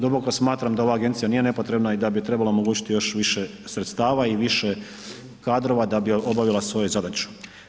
Duboko smatram da ova agencija nije nepotrebna i da bi joj trebalo omogućiti još više sredstva i više kadrova da bi obavila svoju zadaću.